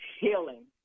healing